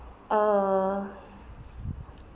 uh